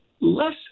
less